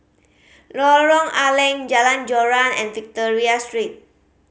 Lorong A Leng Jalan Joran and Victoria Street